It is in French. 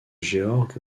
georg